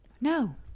no